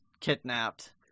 kidnapped